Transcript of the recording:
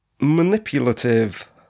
manipulative